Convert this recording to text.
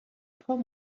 poem